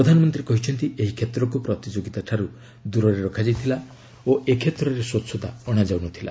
ପ୍ରଧାନମନ୍ତ୍ରୀ କହିଛନ୍ତି ଏହି କ୍ଷେତ୍ରକୁ ପ୍ରତିଯୋଗିତା ଠାରୁ ଦୂରରେ ରଖାଯାଇଥିଲା ଓ ଏ କ୍ଷେତ୍ରରେ ସ୍ୱଚ୍ଛତା ଅଣାଯାଉନଥିଲା